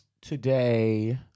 Today